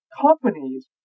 companies